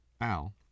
Al